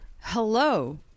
Hello